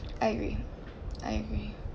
I agree I agree